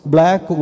Black